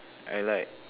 I like